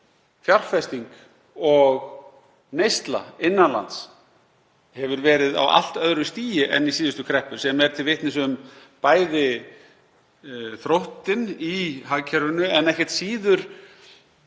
nefnt að fjárfesting og neysla innan lands hefur verið á allt öðru stigi en í síðustu kreppu, sem er til vitnis um bæði þróttinn í hagkerfinu en ekki síður